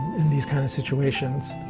in these kind of situations.